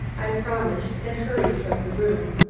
i promised and hurried from the room.